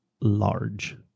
large